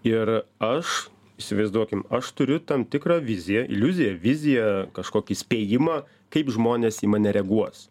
ir aš įsivaizduokim aš turiu tam tikrą viziją iliuziją viziją kažkokį spėjimą kaip žmonės į mane reaguos